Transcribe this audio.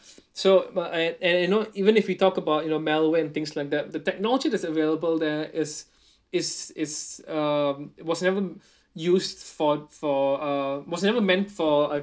so but and and you know even if we talk about you know malware and things like that the technology that's available there is is is uh was never used for for uh was never meant for